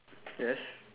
yes